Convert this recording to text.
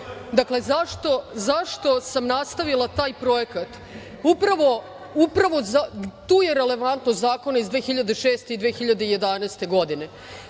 zašto sam nastavila taj projekat? Upravo tu je relevantnost zakona iz 2006. i 2011. godine,